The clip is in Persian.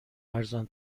ارزان